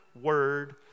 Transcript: word